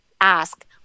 ask